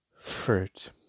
fruit